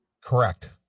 Correct